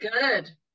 good